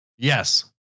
Yes